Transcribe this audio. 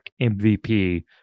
MVP